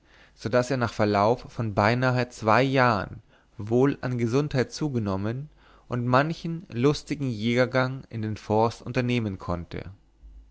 daß er nach verlauf von beinahe zwei jahren wohl an gesundheit zugenommen und manchen lustigen jägergang in den forst unternehmen konnte